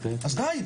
אז די,